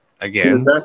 Again